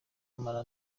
amara